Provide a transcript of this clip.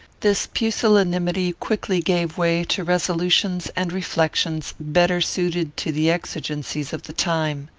this pusillanimity quickly gave way to resolutions and reflections better suited to the exigencies of the time.